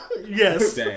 Yes